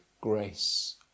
grace